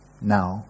now